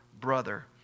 brother